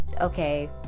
okay